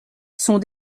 sont